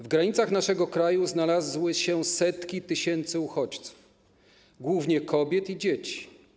W granicach naszego kraju znalazły się setki tysięcy uchodźców, głównie kobiet i dzieci.